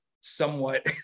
somewhat